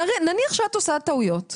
נניח שאת עושה טעויות חמורות,